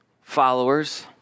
followers